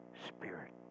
spirit